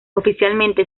oficialmente